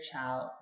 child